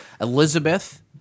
Elizabeth